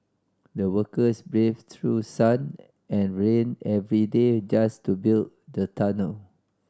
the workers braved through sun and rain every day just to build the tunnel